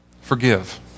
Forgive